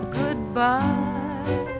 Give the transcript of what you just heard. goodbye